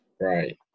Right